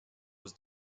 was